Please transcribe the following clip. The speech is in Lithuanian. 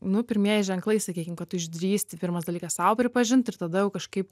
nu pirmieji ženklai sakykim kad tu išdrįsti pirmas dalykas sau pripažint ir tada jau kažkaip